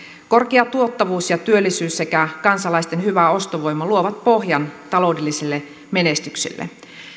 korkea tuottavuus ja työllisyys sekä kansalaisten hyvä ostovoima luovat pohjan taloudelliselle menestykselle